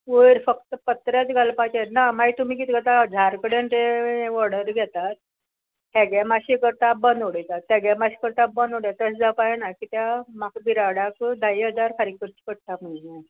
वयर फक्त पत्रेच घालपाचें ना मागीर तुमी कितें करता हजार कडेन ते ऑर्डर घेतात तेगे मातशें करता बंद उडयतात तेगे मातशें करता बंद उडयता तशें जावपा ना कित्या म्हाका बिराडाक धाये हजार फारीक करचे पडटा म्हयन्याक